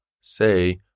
say